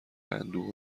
اندوه